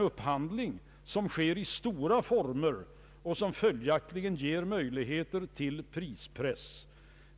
Upphandlingen sker i stora former och ger följaktligen möjligheter till en prispress.